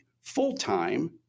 full-time